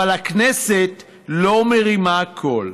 אבל הכנסת לא מרימה קול.